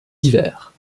divers